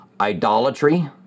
Idolatry